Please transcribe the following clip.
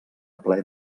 ple